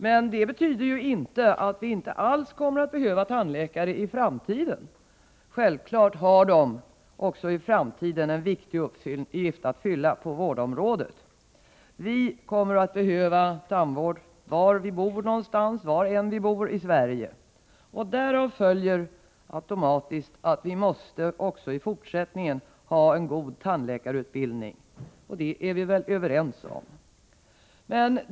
Men det betyder inte att vi inte alls kommer att behöva tandläkare i framtiden. Självklart har de en mycket viktig uppgift att fylla på vårdområdet. Vi kommer även i framtiden att behöva tandvård, var vi än bor i Sverige. Därav följer att vi måste ha en god tandläkarutbildning även i fortsättningen, och det är vi väl överens om.